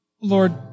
Lord